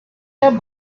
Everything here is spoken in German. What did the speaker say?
der